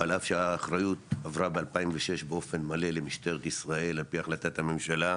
על אף שהאחריות עברה ב- 2006 באופן מלא למשטרת ישראל עפ"י החלטת הממשלה,